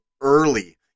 early